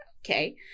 Okay